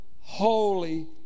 holy